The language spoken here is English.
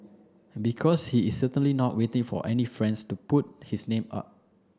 because he is certainly not waiting for any friends to put his name up